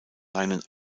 seinen